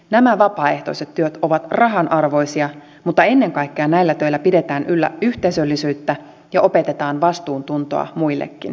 nämä vapaaehtoiset työt ovat rahanarvoisia mutta ennen kaikkea näillä töillä pidetään yllä yhteisöllisyyttä ja opetetaan vastuuntuntoa muillekin